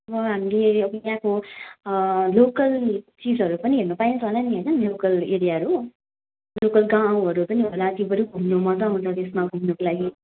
हामीले अब त्यहाँको लोकल चिजहरू पनि हेर्नु पाइन्छ होला नि होइन लोकल एरियाहरू लोकल गाउँहरू पनि होला त्यो पनि घुम्नु मजा आउँछ त्यसमा घुम्नुको लागि